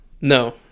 No